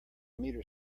meter